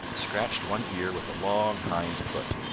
scratched one ear with a long hind foot.